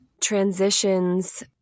transitions